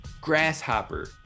grasshopper